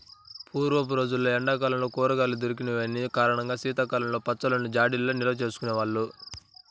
పూర్వపు రోజుల్లో ఎండా కాలంలో కూరగాయలు దొరికని కారణంగా శీతాకాలంలో పచ్చళ్ళను జాడీల్లో నిల్వచేసుకునే వాళ్ళు